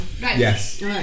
Yes